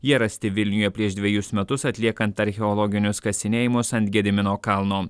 jie rasti vilniuje prieš dvejus metus atliekant archeologinius kasinėjimus ant gedimino kalno